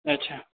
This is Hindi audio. अच्छा